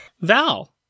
Val